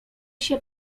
się